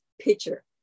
picture